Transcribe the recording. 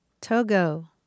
Togo